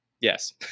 Yes